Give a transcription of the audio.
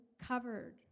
covered